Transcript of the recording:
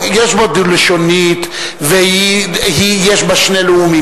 יש בה דו-לשוניות, ויש בה שני לאומים.